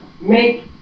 make